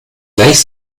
gleich